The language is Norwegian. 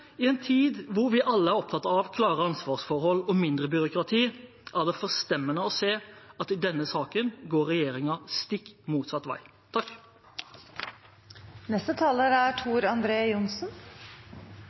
I en tid hvor vi alle er opptatt av klare ansvarsforhold og mindre byråkrati, er det forstemmende å se at i denne saken går regjeringen stikk motsatt vei.